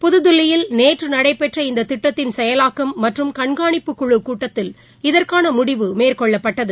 புதுதில்லியில் நேற்றுரடைபெற்ற இந்ததிட்டத்தின் செயலாக்கம் மற்றும் கண்காணிப்புக் குழுக் கூட்டத்தில் இதற்கானமுடிவு மேற்கொள்ளப்பட்டது